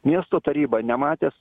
miesto taryba nematęs